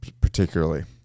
particularly